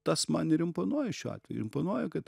tas man ir imponuoja šiuo atveju ir imponuoja kad